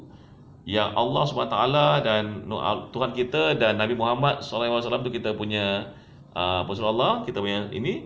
yang allah subhanallah wa taala dan tuhan kita dan nabi muhammad salallah wasalam kita punya ah rasulullah kita punya ini